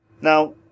Now